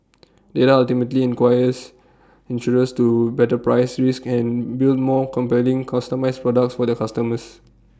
data ultimately inquires insurers to better price risk and build more compelling customised products for their customers